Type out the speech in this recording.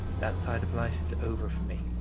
that side of life is over for me,